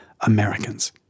Americans